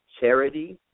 charity